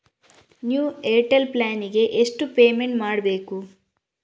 New Airtel plan ಗೆ ಎಷ್ಟು payment ಮಾಡ್ಬೇಕು?